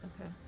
Okay